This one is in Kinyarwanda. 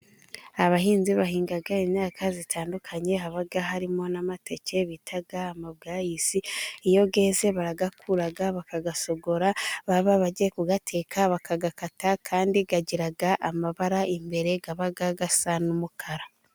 Abahinzi bahinga imyaka itandukanye haba harimo n'amateke bita amabwayisi, iyo yeze barayakura bakayasogora, baba bagiye kuyateka bakayakata kandi agira amabara imbere aba asa n'umukara.